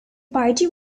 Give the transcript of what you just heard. party